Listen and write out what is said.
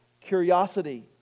curiosity